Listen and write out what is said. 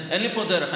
אין לי פה דרך.